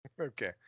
Okay